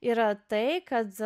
yra tai kad